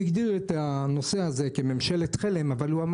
הוא הגדיר את הנושא כממשלת חלם ואמר